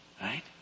Right